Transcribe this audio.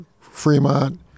Fremont